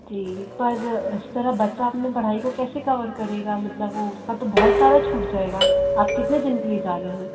जी पर इस तरह बच्चा अपने पढ़ाई को कैसे कभर करेगा मतलब वह उसका तो बहुत सारा छूट जाएगा आप कितने दिन के लिए जा रहे हैं